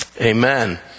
amen